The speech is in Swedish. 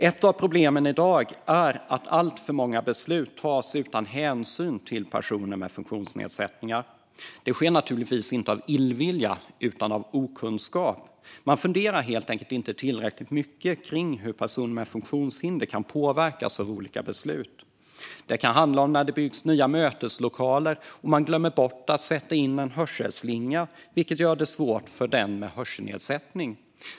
Ett av problemen i dag är att alltför många beslut tas utan hänsyn till personer med funktionsnedsättningar. Det sker naturligtvis inte av illvilja utan av okunskap. Man funderar helt enkelt inte tillräckligt mycket på hur personer med funktionshinder kan påverkas av olika beslut. Det kan handla om att man glömmer bort att sätta in en hörselslinga när man bygger nya möteslokaler, vilket gör det svårt för den med hörselnedsättning.